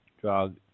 drug